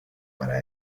para